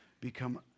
become